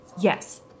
Yes